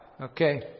Okay